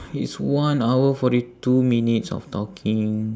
it's one hour forty two minutes of talking